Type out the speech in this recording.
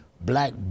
black